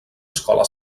escola